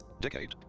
decade